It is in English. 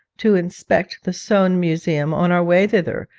to inspect the soane museum on our way thither,